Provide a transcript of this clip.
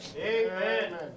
Amen